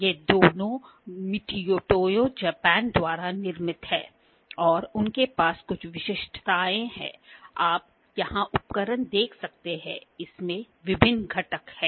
ये दोनों Mitutoyo Japan द्वारा निर्मित हैं और उनके पास कुछ विशिष्टताओं हैं आप यहां उपकरण देख सकते हैं इसमें विभिन्न घटक हैं